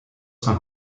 san